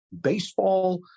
Baseball